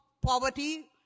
poverty